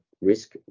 risk